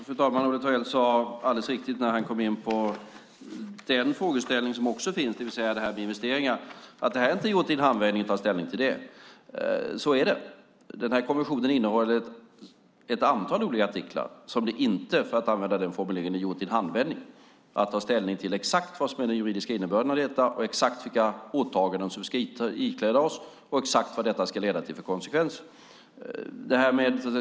Fru talman! När Olle Thorell kom in på den frågeställning som också finns, det vill säga detta med investeringar, sade han att det inte är gjort i en handvändning att ta ställning till det. Det är mycket riktigt; så är det. Konventionen innehåller ett antal olika artiklar där det inte, för att använda samma formulering, är gjort i en handvändning att ta ställning till exakt vad som är den juridiska innebörden, exakt vilka åtaganden vi ska ikläda oss och exakt vilka konsekvenser det leder till.